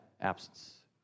absence